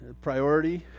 Priority